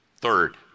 Third